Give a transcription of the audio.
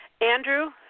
Andrew